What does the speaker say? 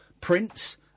Prince